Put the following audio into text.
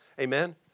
amen